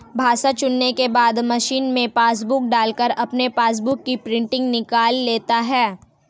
भाषा चुनने के बाद मशीन में पासबुक डालकर अपने पासबुक की प्रिंटिंग निकाल लेता है